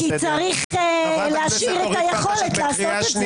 כי צריך להשאיר את היכולת לעשות את זה.